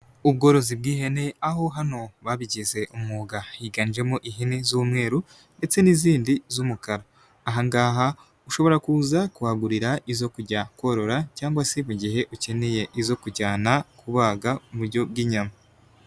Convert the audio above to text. Ubworozi bw'ihene, aho hano babigize umwuga. Higanjemo ihene z'umweru ndetse n'izindi z'umukara. Aha ngaha ushobora kuza kwahagurira izo kujya korora cyangwa se mu gihe ukeneye izo kujyana kubaga mu buryo bw'inyama.